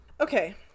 Okay